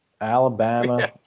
Alabama